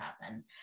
happen